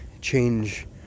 change